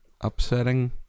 upsetting